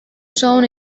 shown